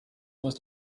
was